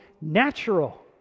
natural